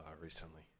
recently